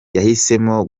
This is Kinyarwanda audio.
yahisemo